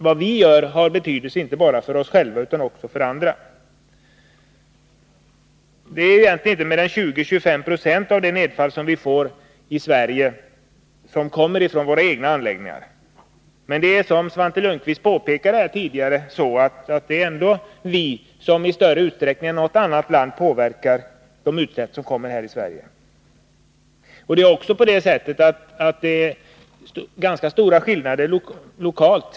Vad vi gör har alltså inte bara betydelse för oss själva utan också för andra. Det är egentligen inte mer än 20 å 25 96 av det nedfall som vi får i Sverige som kommer från våra egna anläggningar. Men som Svante Lundkvist tidigare påpekade är det ändå vi som i större utsträckning än något annat land Nr 152 påverkar de utsläpp som förekommer i Sverige. Tisdagen den Det är också ganska stora skillnader lokalt.